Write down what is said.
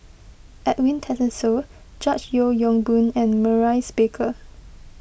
Edwin Tessensohn George Yeo Yong Boon and Maurice Baker